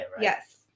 Yes